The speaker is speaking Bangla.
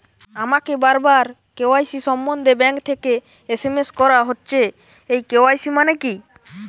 আমাকে বারবার কে.ওয়াই.সি সম্বন্ধে ব্যাংক থেকে এস.এম.এস করা হচ্ছে এই কে.ওয়াই.সি মানে কী?